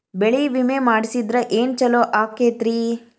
ಬೆಳಿ ವಿಮೆ ಮಾಡಿಸಿದ್ರ ಏನ್ ಛಲೋ ಆಕತ್ರಿ?